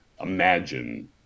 imagine